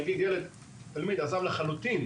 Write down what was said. נגיד ילד, תלמיד עזב לחלוטין.